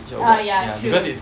uh ya true